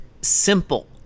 simple